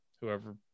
whoever